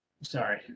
sorry